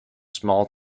small